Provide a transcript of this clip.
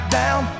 down